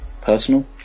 personal